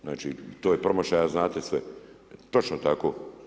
Znači to je promašaj, a znate sve, točno tako.